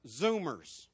Zoomers